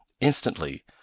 Instantly